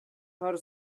her